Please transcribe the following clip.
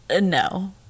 no